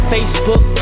Facebook